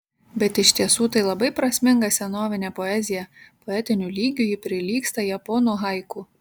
bet iš tiesų tai labai prasminga senovinė poezija poetiniu lygiu ji prilygsta japonų haiku